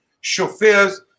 chauffeurs